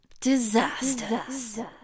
Disasters